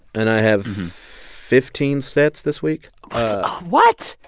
and i have fifteen sets this week what?